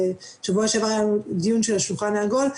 בשבוע שעבר היה לנו דיון של השולחן העגול,